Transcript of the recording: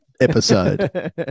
episode